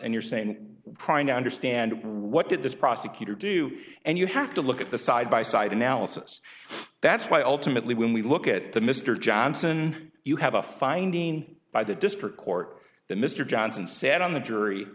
and you're saying trying to understand what did this prosecutor do and you have to look at the side by side analysis that's why ultimately when we look at the mr johnson you have a finding by the district court that mr johnson sat on the jury